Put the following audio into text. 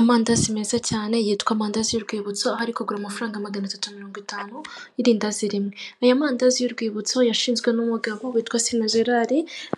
Amandazi meza cyane yitwa amandazi y'urwibutso ari kugura amafaranga magana atatu mirongo itanu irindazi rimwe. Aya mandazi y'urwibutso yashinzwe n'umugabo witwa Sina Gerard